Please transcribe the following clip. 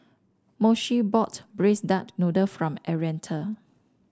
Moshe bought Braised Duck Noodle from Arietta